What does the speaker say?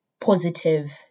positive